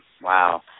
wow